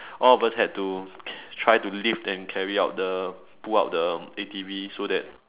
all of us had to try to lift and carry out the pull out the A_T_V so that